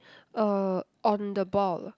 uh on the ball